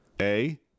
A-